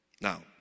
Now